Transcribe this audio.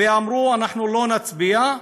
ואמרו: אנחנו לא נצביע,